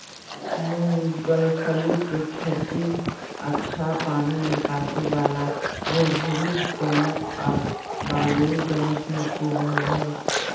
मूंगफली के खेती अच्छा पानी निकास वाला भुरभुरी दोमट आर बलुई दोमट मट्टी रहो हइ